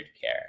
care